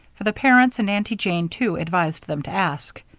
for the parents and aunty jane, too, advised them to ask.